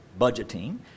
budgeting